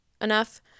enough